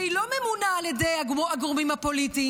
שהיא לא ממונה על ידי הגורמים הפוליטיים,